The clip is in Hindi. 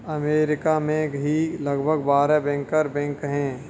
अमरीका में ही लगभग बारह बैंकर बैंक हैं